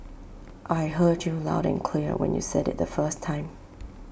I heard you loud and clear when you said IT the first time